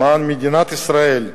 למען מדינת ישראל: